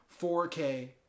4K